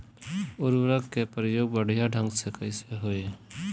उर्वरक क प्रयोग बढ़िया ढंग से कईसे होई?